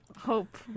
hope